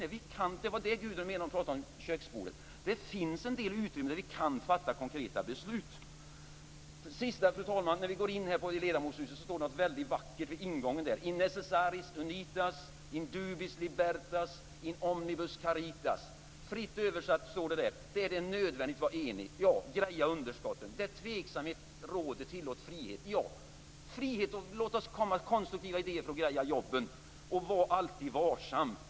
När Gudrun talade om köksbordet var det detta hon menade. Det finns en del utrymme där vi kan fatta konkreta beslut. När vi går in här i ledamotshuset står det något väldigt vackert vid ingången: In necessaris unitas, in dubis libertas, in omnibus caritas. Fritt översatt står det: Där det är nödvändigt, var enig. Ja, greja underskottet! Där tveksamhet råder, tillåt frihet. Ja, låt oss komma med konstruktiva idéer för att greja jobben! Var alltid varsam.